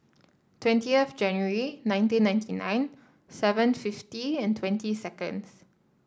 twentieth January nineteen ninety nine seven fifty and twenty seconds